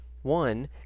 One